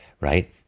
right